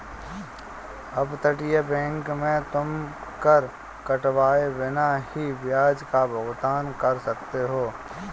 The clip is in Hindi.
अपतटीय बैंक में तुम कर कटवाए बिना ही ब्याज का भुगतान कर सकते हो